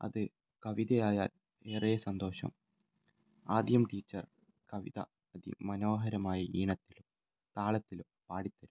അത് കവിതയായാൽ ഏറെ സന്തോഷം ആദ്യം ടീച്ചർ കവിത അതി മനോഹരമായി ഈണത്തിലും താളത്തിലും പാടിത്തരും